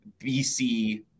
BC